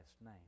name